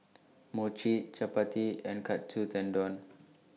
Mochi Chapati and Katsu Tendon